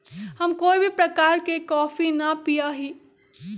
हम कोई भी प्रकार के कॉफी ना पीया ही